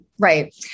Right